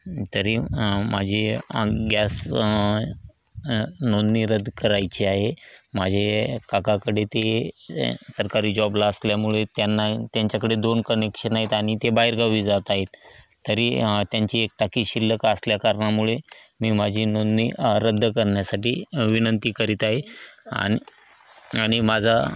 तरी माझी गॅस नोंदणी रद्द करायची आहे माझे काकाकडे ते सरकारी जॉबला असल्यामुळे त्यांना त्यांच्याकडे दोन कनेक्शन आहेत आणि ते बाहेरगावी जात आहेत तरी त्यांची एक टाकी शिल्लक असल्या कारणामुळे मी माझी नोंदणी रद्द करण्यासाठी विनंती करीत आहे आणि आणि माझा